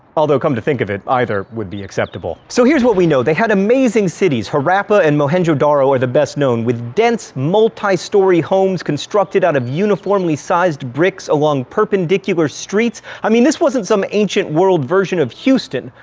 although, come to think of it, either would be acceptable. so here's what we know, they had amazing cities. harappa and mohenjo daro are the best known, with dense, multi-story homes constructed out of uniformly sized bricks along perpendicular streets. i mean this wasn't some ancient world version of houston,